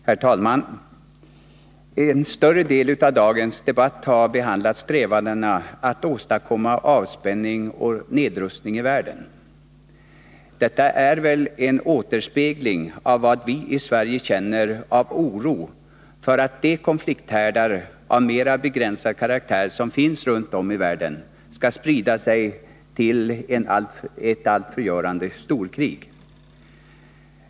Herr talman! En större del av dagens debatt har behandlat strävandena att åstadkomma avspänning och nedrustning i världen. Detta är väl en återspegling av vad vi i Sverige känner av oro för att de konflikthärdar av mera begränsad karaktär som finns runtom i världen skall sprida sig till ett allt förgörande storkrig.